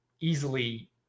easily